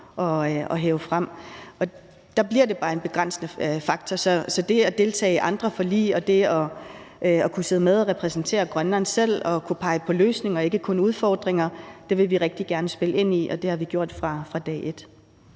fremhæve. Og der bliver det bare en begrænsende faktor. Så det at deltage i andre forlig og det at kunne sidde med og selv repræsentere Grønland og kunne pege på løsninger og ikke kun udfordringer vil vi rigtig gerne spille ind med, og det har vi gjort fra dag et.